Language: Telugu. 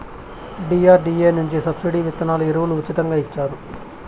డి.ఆర్.డి.ఎ నుండి సబ్సిడి విత్తనాలు ఎరువులు ఉచితంగా ఇచ్చారా?